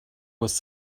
was